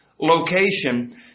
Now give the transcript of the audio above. location